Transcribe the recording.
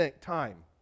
time